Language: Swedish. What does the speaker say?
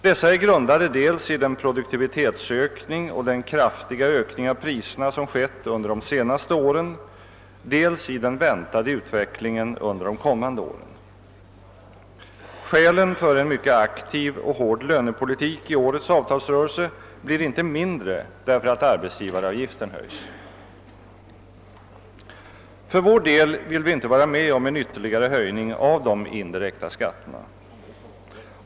Dessa är grundade dels i den produktivitetsökning och den kraftiga ökning av priserna som skett under de senaste åren, dels i den väntade utvecklingen under de kommande åren. Skälen för en mycket aktiv och hård lönepolitik i årets avtalsrörelse blir inte mindre därför att arbetsgivaravgiften höjs. För vår del vill vi inte vara med on en ytterligare höjning av de indirekta skatterna.